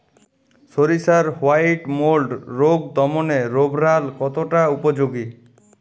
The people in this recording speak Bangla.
সরিষার হোয়াইট মোল্ড রোগ দমনে রোভরাল কতটা উপযোগী?